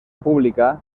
pública